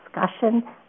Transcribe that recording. discussion